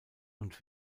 und